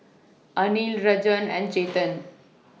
Anil Rajan and Chetan